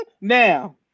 Now